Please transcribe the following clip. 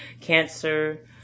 Cancer